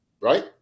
right